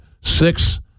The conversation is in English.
six